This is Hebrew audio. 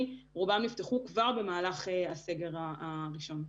רוב המסגרות כבר נפתחו במהלך הסגר הראשון.